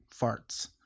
farts